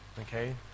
Okay